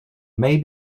may